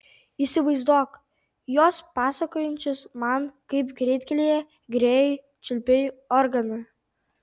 įsivaizduok juos pasakojančius man kaip greitkelyje grėjui čiulpei organą